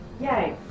Yay